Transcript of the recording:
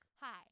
Hi